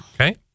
Okay